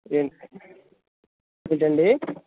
ఏం ఏంటండీ